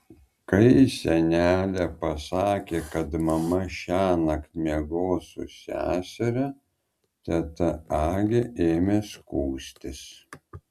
kai senelė pasakė kad mama šiąnakt miegos su seseria teta agė ėmė skųstis